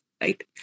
right